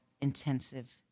intensive